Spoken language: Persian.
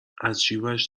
ازجیبش